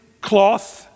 cloth